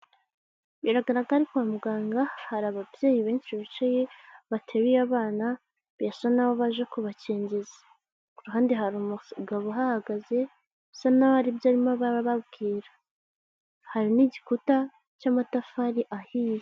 Biragaragara ko ari kwa muganga hari ababyeyi benshi bicaye bateruye abana birasa n'aho baje kubakingiza. Ku ruhande hari umugabo uhagaze usa n'aho hari ibyo arimo arababwira, hari n'igikuta cy'amatafari ahiye.